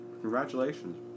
Congratulations